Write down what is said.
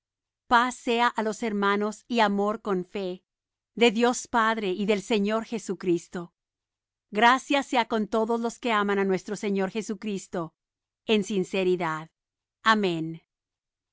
sea á los hermanos y amor con fe de dios padre y del señor jesucristo gracia sea con todos los que aman á nuestro señor jesucristo en sinceridad amén